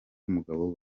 w’umugabo